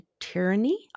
Tyranny